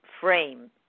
frame